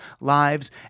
Lives